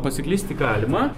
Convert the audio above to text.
pasiklysti galima